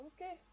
Okay